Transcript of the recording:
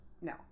No